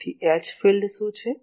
તેથી H field શું છે